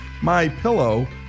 MyPillow